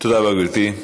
תודה רבה, גברתי.